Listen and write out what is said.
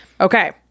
Okay